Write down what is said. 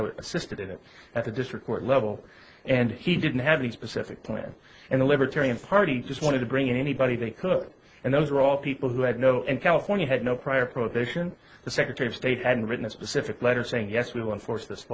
assisted it at the district court level and he didn't have any specific plans and the libertarian party just wanted to bring in anybody they cooked and those were all people who had no in california had no prior prohibition the secretary of state had written a specific letter saying yes we want to force this